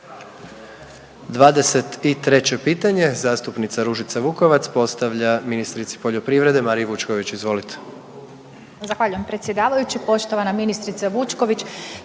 23. pitanje zastupnica Ružica Vukovac postavlja ministrici poljoprivrede Mariji Vučković. Izvolite.